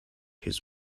his